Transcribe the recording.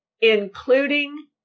including